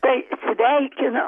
tai sveikinu